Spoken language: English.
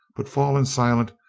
but fallen silent,